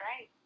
right